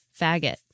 faggot